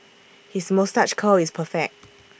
his moustache curl is perfect